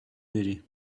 بری